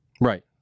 right